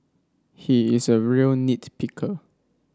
he is a real nit picker